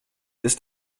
ist